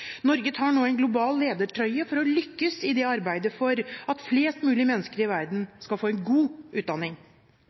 Norge tar nå på en global ledertrøye for å lykkes i arbeidet for at flest mulig mennesker i verden skal få en god utdanning.